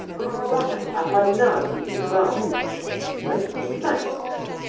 goodbye, afanasy ivanovitch and thanks!